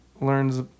learns